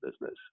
business